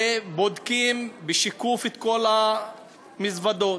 הרי בודקים בשיקוף את כל המזוודות,